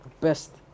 best